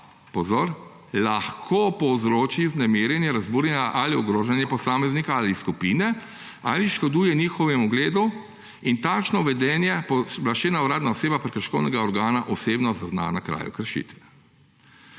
pozor, lahko povzroči vznemirjenje, razburjenje ali ogrožanje posameznika ali skupine ali škoduje njihovem ugledu. In takšno vedenje pooblaščena uradna oseba prekrškovnega organa osebno zazna na kraju kršitve.